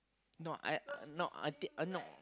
not I not I did a not